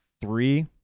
three